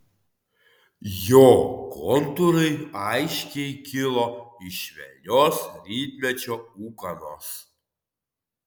jo kontūrai aiškiai kilo iš švelnios rytmečio ūkanos